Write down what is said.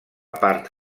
part